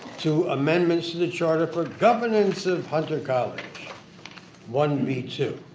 to amendments to the charter for governance of hunter college one b two.